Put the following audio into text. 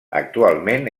actualment